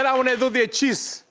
but want to do the cheese.